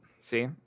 See